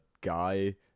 guy